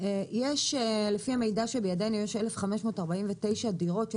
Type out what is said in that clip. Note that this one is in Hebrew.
לפי המידע שבידינו יש 1,549 דירות של